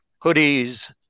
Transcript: hoodies